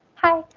hi.